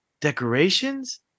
decorations